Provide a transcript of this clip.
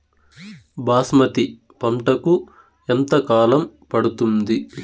బాస్మతి పంటకు ఎంత కాలం పడుతుంది?